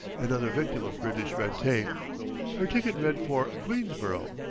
another victim of british red-tape her ticket read for queensborough,